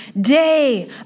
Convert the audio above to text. day